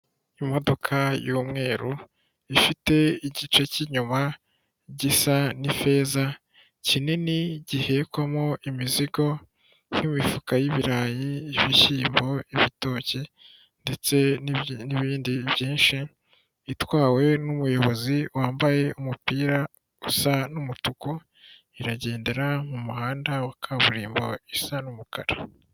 Imodoka y'umweru ifite igice cy'inyuma gisa n'ifeza kinini gihekwemo imizigo nk'imifuka y'ibirayi, ibishyimbo, ibitoki ndetse n'ibindi byinshi, itwawe n'umuyobozi wambaye umupira usa n'umutuku, iragendera mu muhanda wa kaburimbo isa n'umukara.